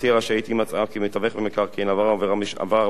אם מצאה כי מתווך במקרקעין עבר עבירת משמעת,